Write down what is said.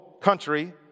country